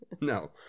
No